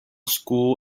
school